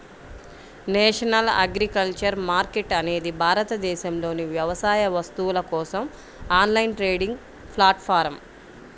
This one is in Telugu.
నేషనల్ అగ్రికల్చర్ మార్కెట్ అనేది భారతదేశంలోని వ్యవసాయ వస్తువుల కోసం ఆన్లైన్ ట్రేడింగ్ ప్లాట్ఫారమ్